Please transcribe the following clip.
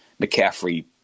McCaffrey